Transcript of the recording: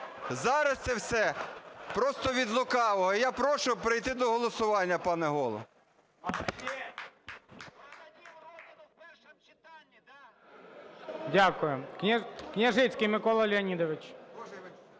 Зараз це все просто від лукавого. Я прошу перейти до голосування, пане Голово. ГОЛОВУЮЧИЙ. Дякую. Княжицький Микола Леонідович.